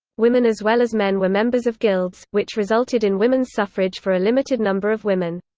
women as well as men were members of guilds, which resulted in women's suffrage for a limited number of women.